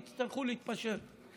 שיצטרכו להתפשר.